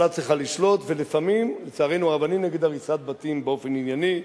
אני נגד הריסת בתים באופן ענייני,